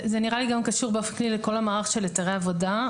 זה נראה לי גם קשור באופן כללי לכל המערך של היתרי עבודה.